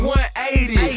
180